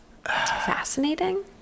fascinating